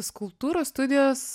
skulptūros studijos